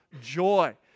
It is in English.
joy